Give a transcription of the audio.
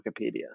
Wikipedia